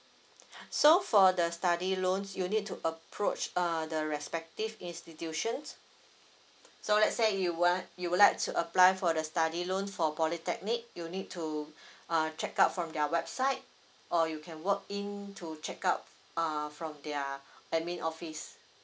so for the study loan you need to approach uh the respective institutions so let's say you want you would like to apply for the study loan for polytechnic you need to uh check out from their website or you can work in to check out uh from their admin office